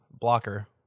blocker